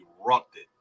erupted